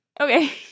Okay